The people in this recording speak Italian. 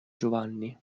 giovanni